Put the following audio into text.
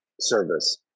service